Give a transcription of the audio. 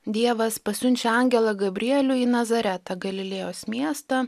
dievas pasiunčia angelą gabrielių į nazaretą galilėjos miestą